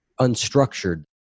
Unstructured